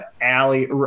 Allie